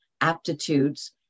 aptitudes